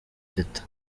teta